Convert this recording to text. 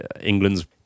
England's